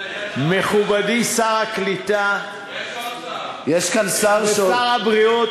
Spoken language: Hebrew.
מכובדי שר הקליטה ושר הבריאות,